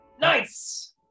Nice